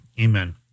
amen